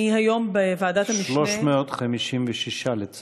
אני היום בוועדת המשנה, 356, לצערי,